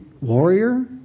warrior